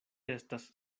estas